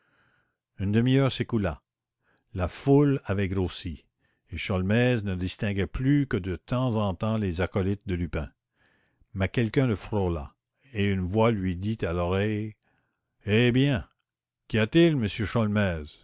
une demi-heure s'écoula la foule avait grossi et sholmès ne distinguait plus que de temps en temps les acolytes de lupin mais quelqu'un le frôla et une voix lui dit à l'oreille eh bien qu'y a-t-il monsieur